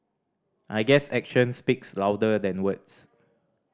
I guess action speaks louder than words